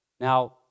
Now